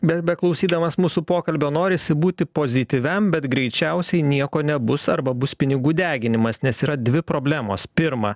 bet beklausydamas mūsų pokalbio norisi būti pozityviam bet greičiausiai nieko nebus arba bus pinigų deginimas nes yra dvi problemos pirma